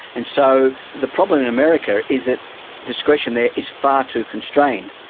and so the problem in america is that discretion there is far too constrained,